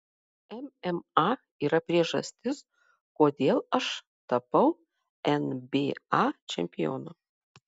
mma yra priežastis kodėl aš tapau nba čempionu